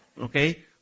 Okay